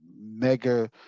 mega